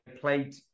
played